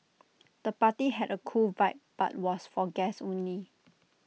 the party had A cool vibe but was for guests only